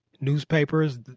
Newspapers